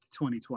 2020